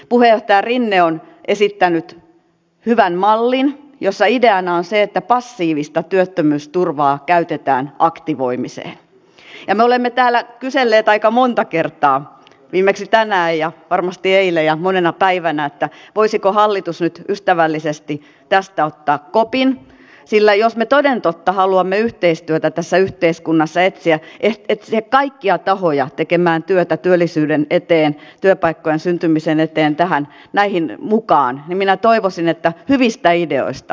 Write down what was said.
puheenjohtaja rinne on esittänyt hyvän mallin jossa ideana on se että passiivista työttömyysturvaa käytetään aktivoimiseen ja me olemme täällä kyselleet aika monta kertaa viimeksi tänään ja varmasti eilen ja monena päivänä voisiko hallitus nyt ystävällisesti tästä ottaa kopin sillä jos me toden totta haluamme yhteistyötä tässä yhteiskunnassa etsiä etsiä kaikkia tahoja tekemään työtä työllisyyden eteen työpaikkojen syntymisen eteen tulemaan näihin mukaan niin minä toivoisin että hyvistä ideoista otettaisiin koppi